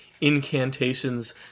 incantations